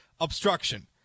obstruction